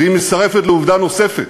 והיא מצטרפת לעובדה נוספת: